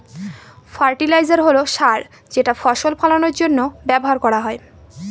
fertiliser হল সার যেটা ফসল ফলানের জন্য ব্যবহার করা হয়